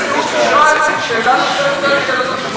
כרגע הנשיאות אישרה לי שאלה נוספת.